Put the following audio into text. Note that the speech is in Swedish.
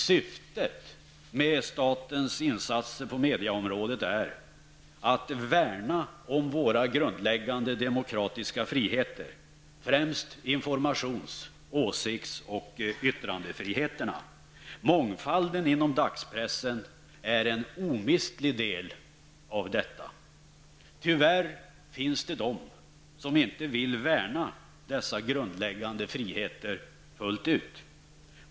Syftet med statens insatser på mediaområdet är att värna om våra grundläggande demokratiska friheter, främst informations-, åsikts och yttrandefriheterna. Mångfalden inom dagspressen är en omistlig del av detta. Tyvärr finns det de som inte vill värna dessa grundläggande friheter fullt ut.